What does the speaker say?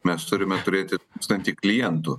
mes turime turėti tūkstantį klientų